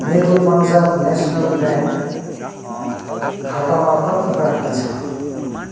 मेरो Punjab National Bank खातामा कति बाँकी छ